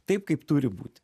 taip kaip turi būti